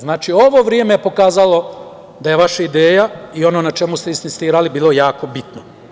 Znači, ovo vreme je pokazalo da je vaša ideja i ono na čemu ste insistirali bilo jako bitno.